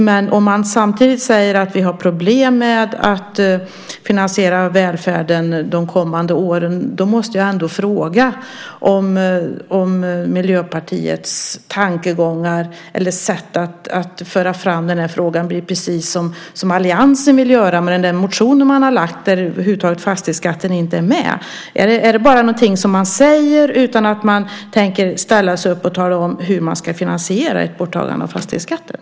Men om ni samtidigt säger att vi får problem med att finansiera välfärden de kommande åren, måste jag ändå fråga om Miljöpartiets sätt att föra fram den här frågan innebär att det blir precis som alliansen vill göra i sin motion där fastighetsskatten över huvud taget inte är med. Är det bara någonting som ni säger utan att ni tänker ställa er upp och tala om hur ni ska finansiera ett borttagande av fastighetsskatten?